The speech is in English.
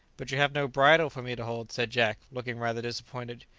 but you have no bridle for me to hold, said jack, looking rather disappointed.